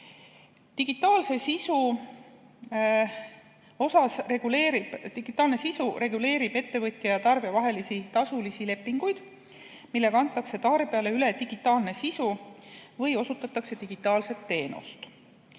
Digitaalne sisu reguleerib ettevõtja ja tarbija vahelisi tasulisi lepinguid, millega antakse tarbijale üle digitaalne sisu või osutatakse digitaalset teenust.